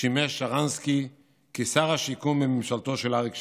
שימש שרנסקי שר השיכון בממשלתו של אריק שרון.